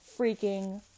freaking